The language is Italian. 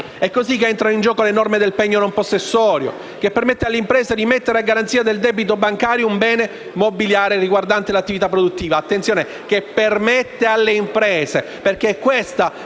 È così che entrano in gioco le norme del pegno non possessorio che permette alle imprese di mettere a garanzia del debito bancario un bene mobiliare riguardante l'attività produttiva. Attenzione: «permette alle imprese», perché questa